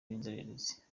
b’inzererezi